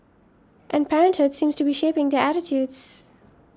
and parenthood seems to be shaping their attitudes